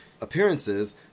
appearances